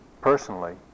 personally